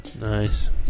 Nice